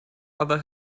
other